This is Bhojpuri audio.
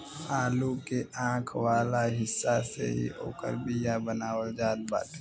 आलू के आंख वाला हिस्सा से ही ओकर बिया बनावल जात बाटे